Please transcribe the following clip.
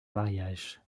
mariage